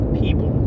people